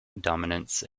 dominance